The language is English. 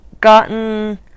gotten